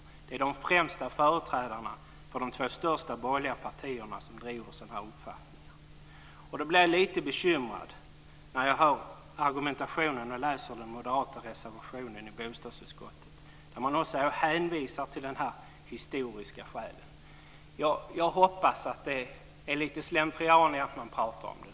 Det är de främsta företrädarna för de två största borgerliga partierna som driver sådana uppfattningar. Jag blir då lite bekymrad när jag hör argumentationen och läser den moderata reservationen i bostadsutskottet, där man också hänvisar till de historiska skälen. Jag hoppas att det är lite slentrian i att man talar om det.